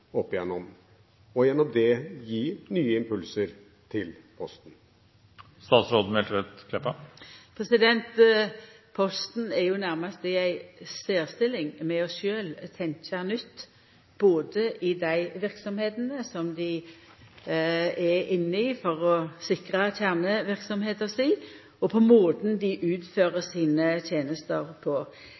opp gjennom, og gjennom det gi nye impulser til Posten. Posten er jo nærmast i ei særstilling med sjølv å tenkja nytt både i dei verksemdene som dei er inne i for å sikra kjerneverksemda si, og måten dei utfører tenestene sine på.